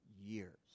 years